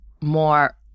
more